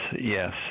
yes